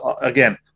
again